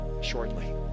shortly